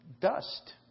dust